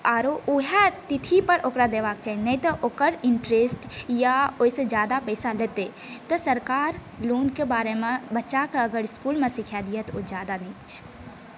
आरो वएहे तिथि पर ओकरा देबाक चाही नहि तऽ ओकर इन्टरेस्ट या ओहिसे ज्यादा पैसा लेतै तऽसरकार लोनके बारेमे बच्चाकऽअगर इस्कूलमे सीखा दिए तऽओ ज्यादा नीक छै